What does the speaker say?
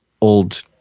old